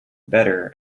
better